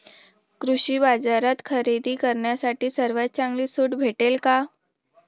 कृषी बाजारात खरेदी करण्यासाठी सर्वात चांगली सूट भेटेल का?